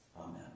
amen